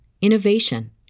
innovation